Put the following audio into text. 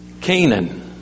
Canaan